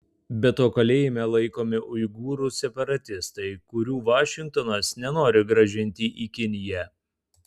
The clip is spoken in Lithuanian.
be to kalėjime laikomi uigūrų separatistai kurių vašingtonas nenori grąžinti į kiniją